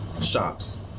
shops